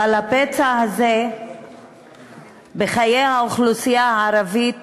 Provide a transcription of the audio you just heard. אבל הפצע הזה בחיי האוכלוסייה הערבית